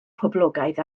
poblogaidd